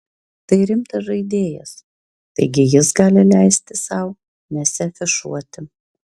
tai rimtas žaidėjas taigi jis gali leisti sau nesiafišuoti